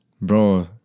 bro